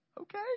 okay